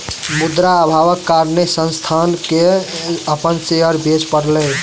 मुद्रा अभावक कारणेँ संस्थान के अपन शेयर बेच पड़लै